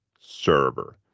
Server